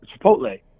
Chipotle